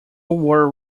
were